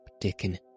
Dickon